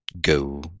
go